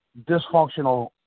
dysfunctional